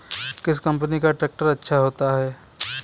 किस कंपनी का ट्रैक्टर अच्छा होता है?